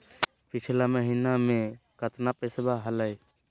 पिछला महीना मे कतना पैसवा हलय?